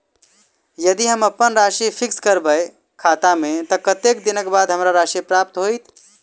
यदि हम अप्पन राशि फिक्स करबै खाता मे तऽ कत्तेक दिनक बाद हमरा राशि प्राप्त होइत?